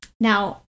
Now